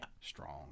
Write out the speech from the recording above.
strong